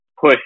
push